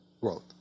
growth